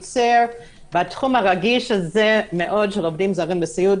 ובתחום הרגיש הזה של עובדים זרים בסיעוד